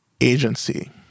agency